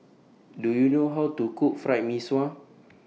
Do YOU know How to Cook Fried Mee Sua